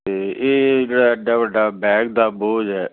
ਅਤੇ ਇਹ ਜਿਹੜਾ ਐਡਾ ਵੱਡਾ ਬੈਗ ਦਾ ਬੋਝ ਹੈ